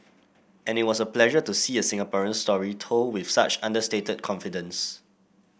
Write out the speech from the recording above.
and it was a pleasure to see a Singaporean story told with such understated confidence